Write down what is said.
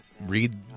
read